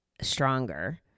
stronger